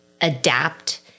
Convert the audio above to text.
adapt